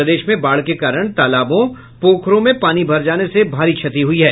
प्रदेश में बाढ़ के कारण तालाबों पोखरों में पानी भर जाने से भारी क्षति हुई है